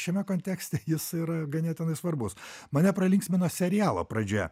šiame kontekste jis yra ganėtinai svarbus mane pralinksmino serialo pradžia